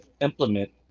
implement